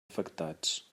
afectats